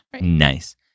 Nice